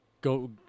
go